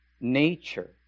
Nature